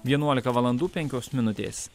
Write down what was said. vienuolika valandų penkios minutės